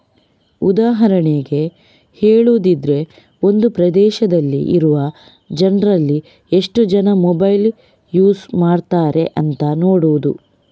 ಉದಾಹರಣೆಗೆ ಹೇಳುದಿದ್ರೆ ಒಂದು ಪ್ರದೇಶದಲ್ಲಿ ಇರುವ ಜನ್ರಲ್ಲಿ ಎಷ್ಟು ಜನ ಮೊಬೈಲ್ ಯೂಸ್ ಮಾಡ್ತಾರೆ ಅಂತ ನೋಡುದು